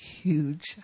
huge